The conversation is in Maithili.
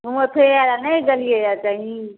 घुमै फिरैलए नहि गेलिए अइ कहीँ